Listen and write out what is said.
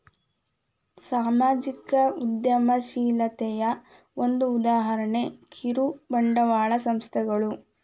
ಸಾಮಾಜಿಕ ಉದ್ಯಮಶೇಲತೆಯ ಒಂದ ಉದಾಹರಣೆ ಕಿರುಬಂಡವಾಳ ಸಂಸ್ಥೆಗಳು